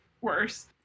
worse